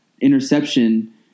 interception